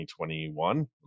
2021